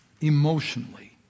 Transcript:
emotionally